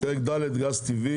פרק ד' (גז טבעי),